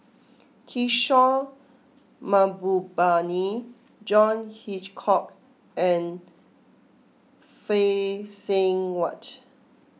Kishore Mahbubani John Hitchcock and Phay Seng Whatt